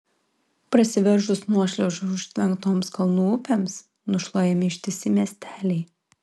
prasiveržus nuošliaužų užtvenktoms kalnų upėms nušluojami ištisi miesteliai